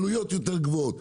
עלויות יותר גבוהות.